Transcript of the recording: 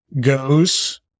goes